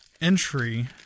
entry